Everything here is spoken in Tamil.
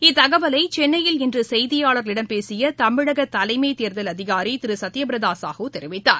இத்தகவலைசென்னையில் இன்றுசெய்தியாளர்களிடம் பேசியதமிமகதலைமைத் தேர்தல் அதிகாரிதிருசத்யபிரதாசாஹூ தெரிவித்தார்